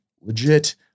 legit